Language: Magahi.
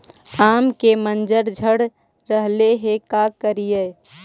आम के मंजर झड़ रहले हे का करियै?